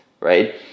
right